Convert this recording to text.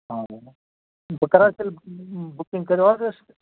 بہٕ کَرٕ حظ تیٚلہِ بُکِنگ کَروٕ حظ أسۍ